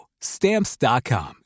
Stamps.com